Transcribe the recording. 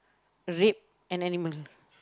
rape an animal